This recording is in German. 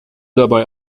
dabei